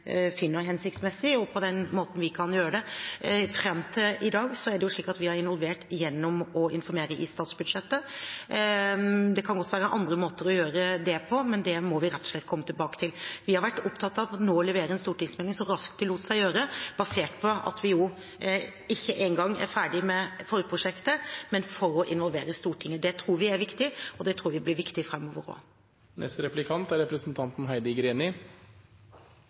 hensiktsmessig, og på den måten vi kan gjøre det. Fram til i dag er det slik at vi har involvert gjennom å informere i statsbudsjettet. Det kan godt være andre måter å gjøre det på, men det må vi rett og slett komme tilbake til. Vi har nå vært opptatt av å levere en stortingsmelding så raskt det lot seg gjøre, basert på at vi ikke engang er ferdig med forprosjektet, men for å involvere Stortinget. Det tror vi er viktig, og det tror vi blir viktig framover også. Statsråden sa i innlegget sitt at løsningen legger til rette for et godt arbeidsmiljø. Det er